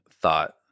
thought